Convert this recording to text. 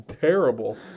terrible